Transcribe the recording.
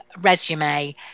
resume